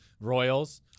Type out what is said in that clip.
Royals